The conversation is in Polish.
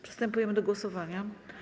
Przystępujemy do głosowania.